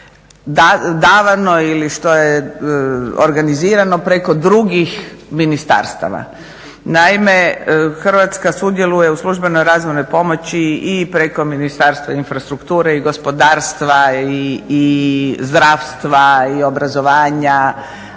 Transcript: davano ili što je organizirano preko drugih ministarstava. Naime, Hrvatska sudjeluje u službenoj razvojnoj pomoći i preko Ministarstva infrastrukture i gospodarstva i zdravstva i obrazovanja,